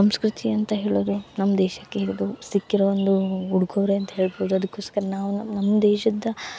ಸಂಸ್ಕೃತಿ ಅಂತ ಹೇಳೋದು ನಮ್ಮ ದೇಶಕ್ಕೆ ಇದು ಸಿಕ್ಕಿರೋ ಒಂದು ಉಡುಗೊರೆ ಅಂತ ಹೇಳ್ಬೋದು ಅದಕ್ಕೋಸ್ಕರ ನಾವು ನಮ್ಮ ನಮ್ಮ ದೇಶದ